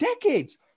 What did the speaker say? decades